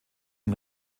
ein